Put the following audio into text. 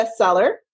bestseller